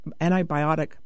antibiotic